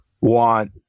want